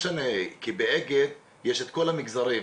באגד יש את כל המגזרים,